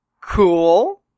Cool